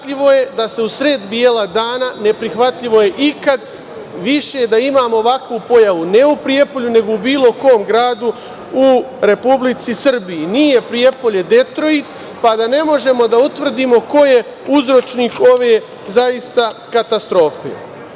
ne prihvatljivo je da se usred bela dana, ne prihvatljivo je ikad više da imamo ovakvu pojavu, ne u Prijepolju, nego u bilo kom gradu u Republici Srbiji. Nije Prijepolje Detroit pa da ne možemo da utvrdimo ko je uzročnik ove, zaista, katastrofe. Izvorište